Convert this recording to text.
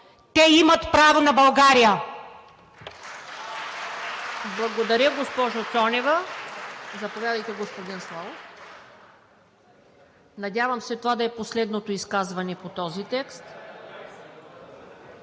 те имат право на България!